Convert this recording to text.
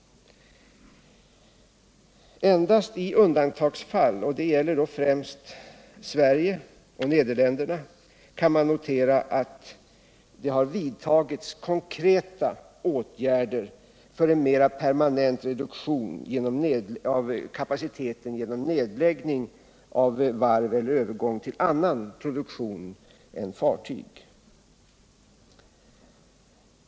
Endast i undantagsfall — det gäller främst Sverige och Nederländerna — kan man notera att det har vidtagits konkreta åtgärder för en mer permanent reduktion av kapaciteten genom nedläggning av varv eller övergång till annan produktion än fartyg.